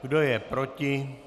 Kdo je proti?